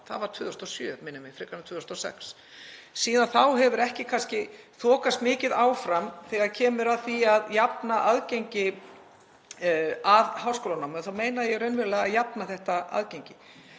Það var 2007, minnir mig, frekar en 2006. Síðan þá hefur kannski ekki þokast mikið áfram þegar kemur að því að jafna aðgengi að háskólanámi og þá meina ég raunverulega að jafna þetta aðgengi.